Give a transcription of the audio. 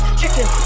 chicken